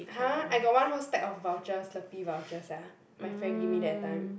!huh! I got one whole stack of vouchers Slurpee vouchers sia my friend gave me that time